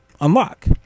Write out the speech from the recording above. unlock